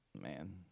man